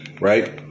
right